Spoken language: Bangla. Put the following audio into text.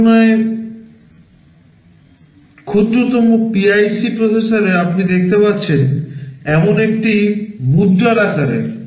তুলনায় ক্ষুদ্রতম PIC প্রসেসর আপনি দেখতে পাচ্ছেন এমন একটি মুদ্রার আকারের